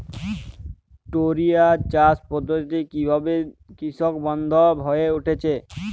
টোরিয়া চাষ পদ্ধতি কিভাবে কৃষকবান্ধব হয়ে উঠেছে?